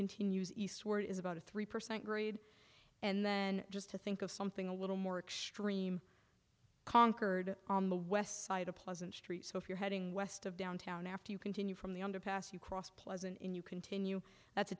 continues eastward is about a three percent grade and then just to think of something a little more extreme concord on the west side a pleasant street so if you're heading west of downtown after you continue from the underpass you cross pleasant and you continue t